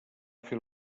fer